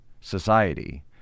society